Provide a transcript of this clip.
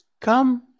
come